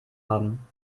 haben